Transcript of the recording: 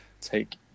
take